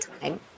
time